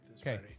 okay